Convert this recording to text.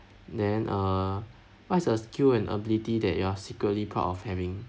then uh what is a skill and ability that you are secretly proud of having